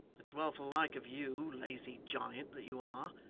it's well for the like of you, lazy giant that you are,